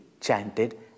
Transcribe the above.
chanted